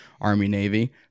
Army-Navy